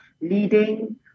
leading